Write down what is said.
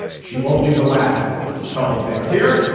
she won't be the last couple of things here.